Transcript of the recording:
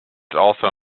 also